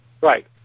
Right